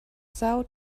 são